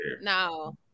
No